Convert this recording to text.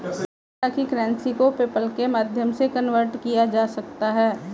सभी तरह की करेंसी को पेपल्के माध्यम से कन्वर्ट किया जा सकता है